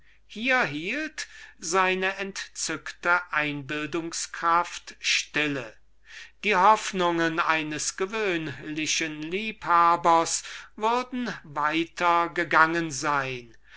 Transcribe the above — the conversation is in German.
werden hier hielt seine entzückte einbildungskraft stille die hoffnungen eines gewöhnlichen liebhabers würden weiter gegangen sein